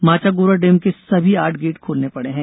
Machagora dam के सभी आठ गेट खोलने पड़े हैं